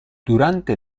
durante